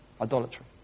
Idolatry